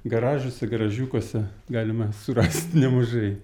garažuose garažiukuose galima surast nemažai